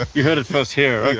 ah you heard it first here. okay.